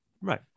right